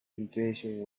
intuition